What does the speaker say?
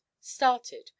started